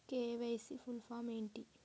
KYC full form ఏంటి?